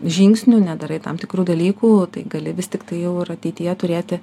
žingsnių nedarai tam tikrų dalykų tai gali vis tiktai jau ir ateityje turėti